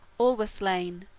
all were slain,